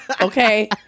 okay